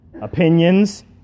opinions